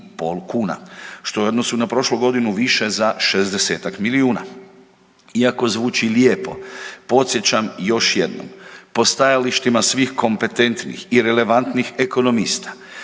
pol kuna što je u odnosu na prošlu godinu više za 60-tak milijuna. Iako zvuči lijepo podsjećam još jednom po stajalištima svih kompetentnih i relevantnih ekonomista